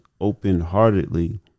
open-heartedly